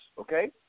Okay